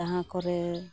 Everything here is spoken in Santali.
ᱡᱟᱦᱟᱸ ᱠᱚᱨᱮ